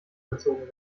gezogen